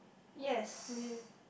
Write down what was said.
yes